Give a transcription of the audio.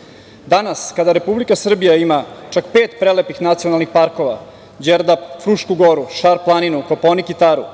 novo. Danas kada Republika Srbija ima čak pet prelepih nacionalnih parkova, Đerdap, Frušku goru, Šar planinu, Kopaonik i Taru,